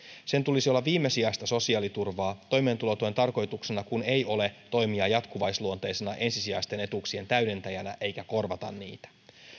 sen tulisi olla viimesijaista sosiaaliturvaa toimeentulotuen tarkoituksena kun ei ole toimia jatkuvaisluonteisena ensisijaisten etuuksien täydentäjänä eikä korvata niitä